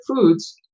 foods